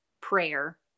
prayer